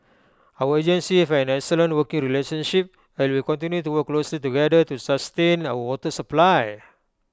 our agencies have an excellent working relationship and will continue to work closely together to sustain our water supply